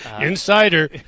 Insider